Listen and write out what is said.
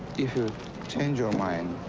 if you change your mind.